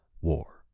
war